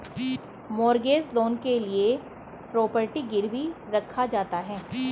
mortgage loan के लिए property गिरवी रखा जाता है